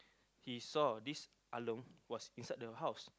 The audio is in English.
he saw this Along was inside the house